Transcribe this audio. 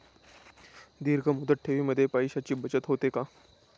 दीर्घ मुदत ठेवीमध्ये पैशांची बचत होते का?